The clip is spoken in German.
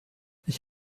ich